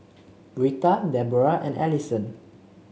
Britta Deborrah and Alison